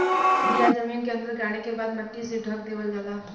बिया जमीन के अंदर गाड़े के बाद मट्टी से ढक देवल जाला